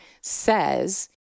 says